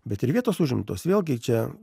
bet ir vietos užimtos vėlgi čia